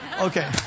Okay